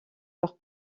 leur